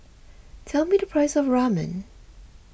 tell me the price of Ramen